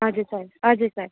हजुर सर हजुर सर